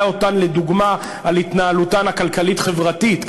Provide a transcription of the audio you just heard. אותן לדוגמה על התנהלותן הכלכלית-חברתית.